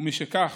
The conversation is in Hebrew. ומשכך,